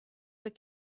but